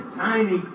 tiny